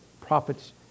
prophets